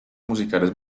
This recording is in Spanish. musicales